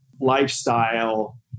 lifestyle